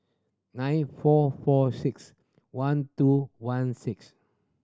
nine four four six one two one six